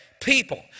people